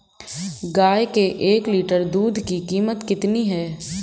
गाय के एक लीटर दूध की कीमत कितनी है?